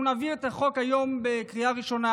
אנחנו נעביר את החוק היום בקריאה ראשונה,